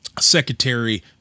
Secretary